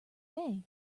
day